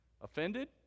offended